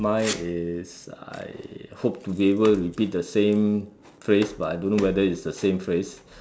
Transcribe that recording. mine is I hope to be able to repeat the same phrase but I don't know whether it's the same phrase